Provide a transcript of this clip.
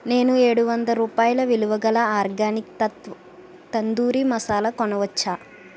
నేను ఏడు వంద రూపాయల విలువగల ఆర్గానిక్ తత్వ్ తందూరి మసాల కొనవచ్చా